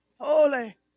Holy